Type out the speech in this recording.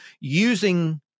using